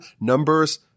numbers